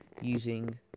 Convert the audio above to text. using